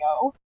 go